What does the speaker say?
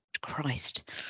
Christ